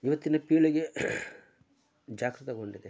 ಇವತ್ತಿನ ಪೀಳಿಗೆ ಜಾಗೃತಗೊಂಡಿದೆ